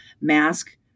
mask